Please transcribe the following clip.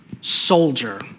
soldier